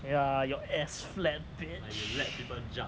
ya your ass flat bitch